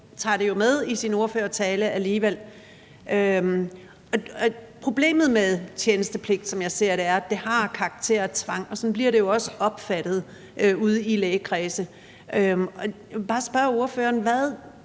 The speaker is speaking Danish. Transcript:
tager det jo med i sin ordførertale alligevel. Problemet med tjenestepligt er, som jeg ser det, at det har karakter af tvang, og sådan bliver det jo også opfattet i lægekredse. Jeg vil bare spørge ordføreren: Hvad